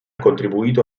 contribuito